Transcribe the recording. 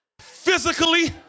physically